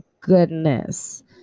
goodness